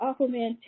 aquaman